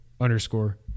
underscore